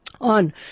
On